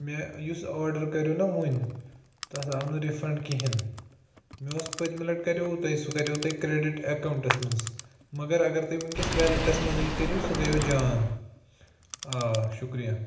مےٚ یُس آرڈر کَریٚو نا وُنۍ تَتھ آو نہٕ رِفَنٛڈ کِہیٖنٛۍ مےٚ اوس پٔتۍمہِ لَٹہِ کَریٚو تۄہہِ سُہ کَریٚو تۄہہِ کریٚڈِٹ اؠکاؤنٛٹس منٛز مَگر اَگر تُہۍ وُنکؠس وؠلٹس منٛزٕے کٔرِو سُہ گٔییٚو جان آ شُکرِیہ